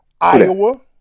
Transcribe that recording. Iowa